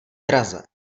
draze